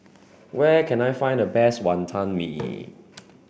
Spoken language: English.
where can I find the best Wonton Mee